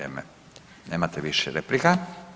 Nemate više replika.